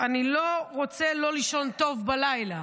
אני לא רוצה לא לישון טוב בלילה,